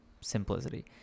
simplicity